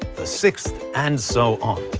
the sixth, and so on.